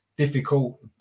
Difficult